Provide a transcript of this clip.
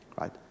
right